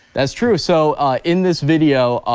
that's true, so in this video,